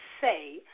say